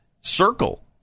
circle